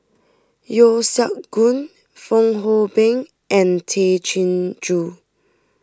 Yeo Siak Goon Fong Hoe Beng and Tay Chin Joo